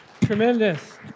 Tremendous